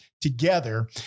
together